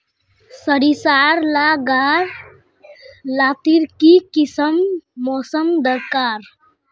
सरिसार ला गार लात्तिर की किसम मौसम दरकार?